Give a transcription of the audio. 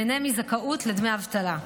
ייהנו מזכאות לדמי אבטלה.